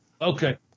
Okay